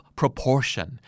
proportion